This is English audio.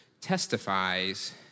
testifies